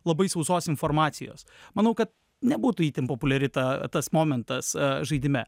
labai sausos informacijos manau kad nebūtų itin populiari ta tas momentas žaidime